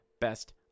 best